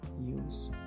use